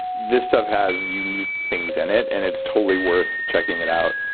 this stuff has unique things in it, and it's totally worth checking it out.